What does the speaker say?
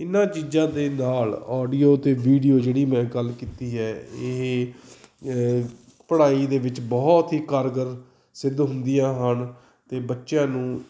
ਇਹਨਾਂ ਚੀਜ਼ਾਂ ਦੇ ਨਾਲ ਓਡੀਓ ਅਤੇ ਵੀਡੀਓ ਜਿਹੜੀ ਮੈਂ ਗੱਲ ਕੀਤੀ ਹੈ ਇਹ ਪੜ੍ਹਾਈ ਦੇ ਵਿੱਚ ਬਹੁਤ ਹੀ ਕਾਰਗਰ ਸਿੱਧ ਹੁੰਦੀਆਂ ਹਨ ਅਤੇ ਬੱਚਿਆਂ ਨੂੰ